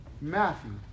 Matthew